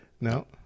No